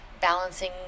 balancing